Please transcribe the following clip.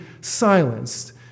silenced